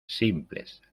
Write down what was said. simples